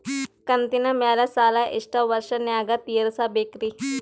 ಕಂತಿನ ಮ್ಯಾಲ ಸಾಲಾ ಎಷ್ಟ ವರ್ಷ ನ್ಯಾಗ ತೀರಸ ಬೇಕ್ರಿ?